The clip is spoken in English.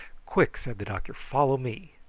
quick! said the doctor follow me.